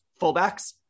fullbacks